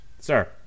sir